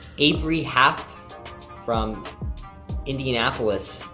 avery half from indianapolis.